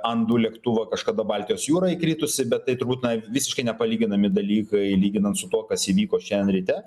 an du lėktuvą kažkada baltijos jūrą įkritusi bet tai turbūt na visiškai nepalyginami dalykai lyginant su tuo kas įvyko šian ryte